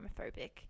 homophobic